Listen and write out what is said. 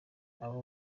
abo